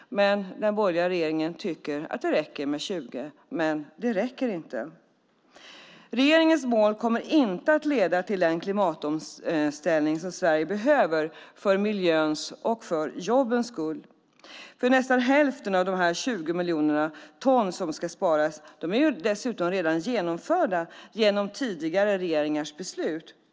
Den borgerliga regeringen tycker att det räcker med 20 procent, men det gör det inte. Regeringens mål kommer inte att leda till den klimatomställning som Sverige behöver för miljöns och jobbens skull. Nästan hälften av de 20 miljoner ton som ska sparas har dessutom tidigare regeringar beslutat om. Det har redan genomförts.